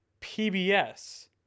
PBS